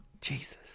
Jesus